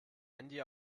handy